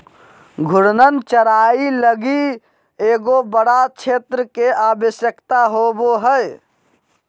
घूर्णन चराई लगी एगो बड़ा क्षेत्र के आवश्यकता होवो हइ